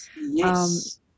Yes